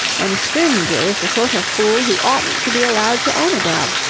and scrymgeour is the sort of fool who oughtn't to be allowed to own a dog.